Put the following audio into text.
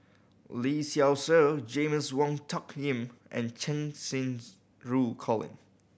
Lee Seow Ser James Wong Tuck Yim and Cheng Xinru Colin